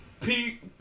Pete